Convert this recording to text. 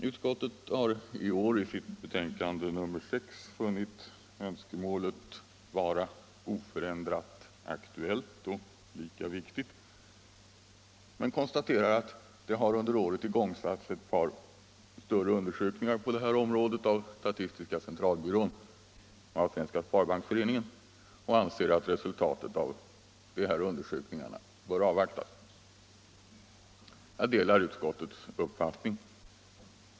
Utskottet har i år i sitt betänkande nr 6 funnit önskemålet vara oförändrat aktuellt och lika viktigt men konstaterar att det under året har igångsatts ett par större undersökningar på det här området av statistiska centralbyrån och Svenska sparbanksföreningen. Utskottet anser att resultatet av de undersökningarna bör avvaktas. Jag delar denna uppfattning.